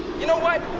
you know what?